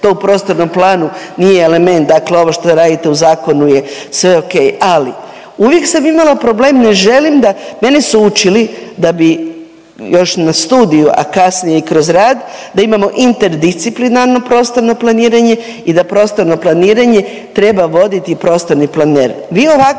to u prostornom planu nije element dakle ovo što radite u zakonu je sve ok. Ali uvijek sam imala problem ne želim mene su učili da bi još na studiju, a kasnije kroz rad da imamo interdisciplinarno prostorno planiranje i da prostorno planiranje treba voditi prostorni planer.